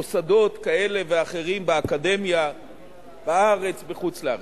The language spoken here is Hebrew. מוסדות כאלה ואחרים באקדמיה בארץ ובחוץ-לארץ.